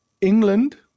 England